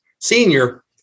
senior